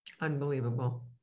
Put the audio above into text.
Unbelievable